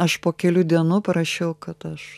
aš po kelių dienų parašiau kad aš